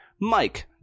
Mike